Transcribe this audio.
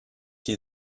qui